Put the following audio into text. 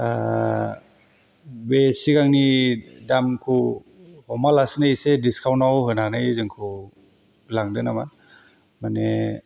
बे सिगांनि दामखौ हमालासिनो एसे दिसकाउन्टाव होनानै जोंखौ लांदो नामा माने